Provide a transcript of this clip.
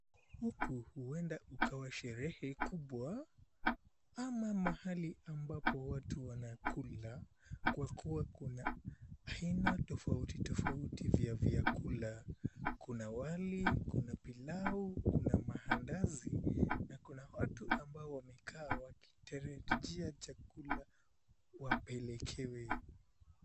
Huku huenda kukawa sherehe kubwa, ama mahali ambapo watu wanakula. Kwa kuwa kuna aina tofauti tofauti vya vyakula, kuna wali, kuna pilau, kuna maandazi,. Na kuna watu ambao wamekaa, wakitarajia chakula wapelekewe.